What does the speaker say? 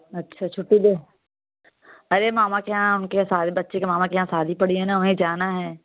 अच्छा छुट्टी दो अरे मामा के यहाँ उनके सारे बच्चे के मामा के यहाँ बच्चे की शादी पड़ी है ना वहीं जाना है